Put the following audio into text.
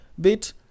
bit